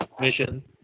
mission